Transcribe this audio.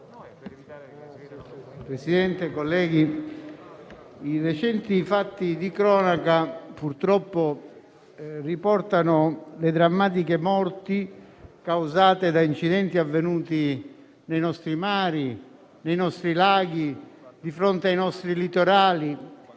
Presidente, colleghi, purtroppo i recenti fatti di cronaca riportano le drammatiche morti causate da incidenti avvenuti nei nostri mari, nei nostri laghi, di fronte ai nostri litorali